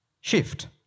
Shift